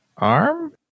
arm